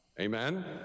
Amen